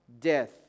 death